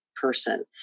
person